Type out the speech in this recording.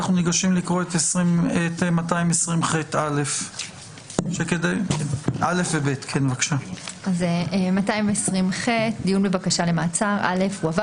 אנחנו עוברים לקרוא את סעיף 220ח. 220ח.דיון בבקשה למעצר הועבר